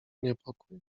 niepokój